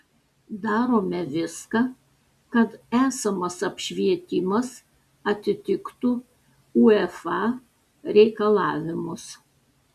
darome viską kad esamas apšvietimas atitiktų uefa reikalavimus